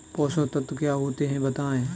पोषक तत्व क्या होते हैं बताएँ?